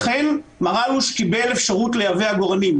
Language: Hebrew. אכן, מר אלוש קיבל אפשרות לייבא עגורנים.